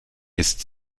ist